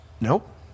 Nope